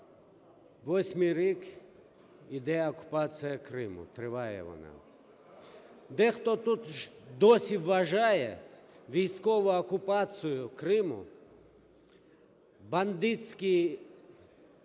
Восьмий рік йде окупація Криму, триває вона. Дехто тут досі вважає військову окупацію Криму, бандитський тиск,